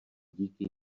díky